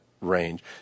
range